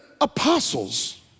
apostles